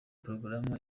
porogaramu